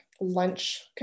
lunch